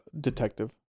detective